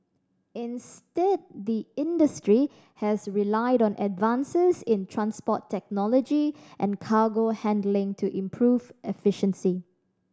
instead the industry has relied on advances in transport technology and cargo handling to improve efficiency